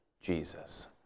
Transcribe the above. Jesus